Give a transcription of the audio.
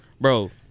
Bro